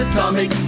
Atomic